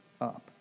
up